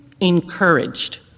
encouraged